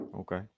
Okay